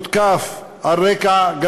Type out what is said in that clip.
עובד בעיריית תל-אביב,